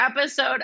episode